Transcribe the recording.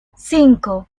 cinco